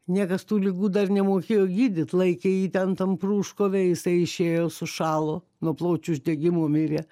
niekas tų ligų dar nemokėjo gydyt laikė jį ten tam pruškove jisai išėjo sušalo nuo plaučių uždegimo mirė